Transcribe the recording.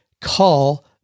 call